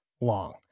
long